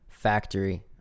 factory